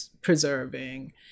preserving